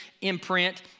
imprint